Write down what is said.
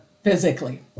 physically